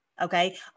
okay